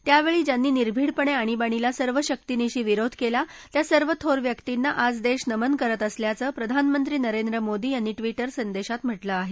त्यावेळी ज्यांनी निर्भिडपणे आणीबाणीला सर्व शक्तीनिशी विरोध केला त्या सर्व थोर व्यक्तींना आज देश नमन करत असल्याचं प्रधानमंत्री नरेंद्र मोदी यांनी ट्विट संदेशात म्हटलं आहे